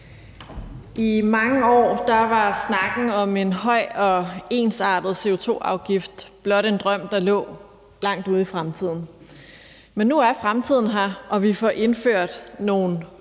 I mange år var en høj og ensartet CO2-afgift blot en drøm, der lå langt ud i fremtiden. Men nu er fremtiden her, og vi får indført nogle